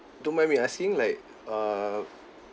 don't mind me asking like err